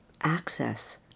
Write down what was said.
access